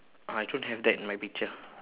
I don't have that in my picture